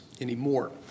anymore